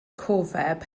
cofeb